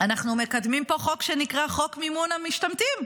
אנחנו מקדמים פה חוק שנקרא חוק מימון המשתמטים,